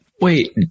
Wait